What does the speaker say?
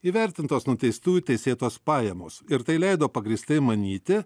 įvertintos nuteistųjų teisėtos pajamos ir tai leido pagrįstai manyti